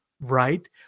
right